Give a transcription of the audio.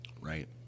Right